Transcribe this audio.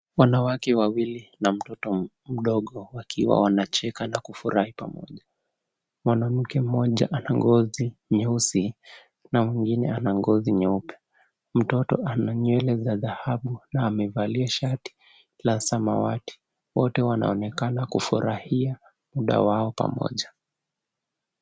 Wanawake Wawili na mtoto mdogo wakiwa wanacheka na kufurahi pamoja. Mwanamke mmoja ana ngozi nyeusi na mwingine ana ngozi nyeupe. Mtoto ananywele za dhahabu na amevalia shati la samawati. Wote wanaonekana kufurahia muda wao pamoja.